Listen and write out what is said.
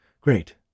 Great